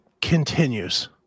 continues